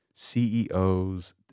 CEOs